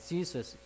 Jesus